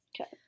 okay